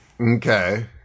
Okay